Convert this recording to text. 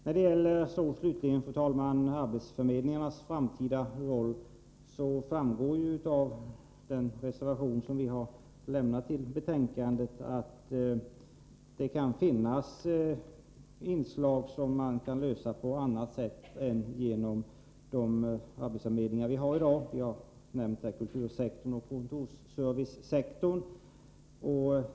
När det slutligen, fru talman, gäller arbetsförmedlingarnas framtida roll, framgår det av den reservation vi har avgett till betänkandet att det kan finnas frågor som kan lösas på annat sätt än genom de arbetsförmedlingar vi har i dag. Vi har nämnt kultursektorn och kontorsservicesektorn.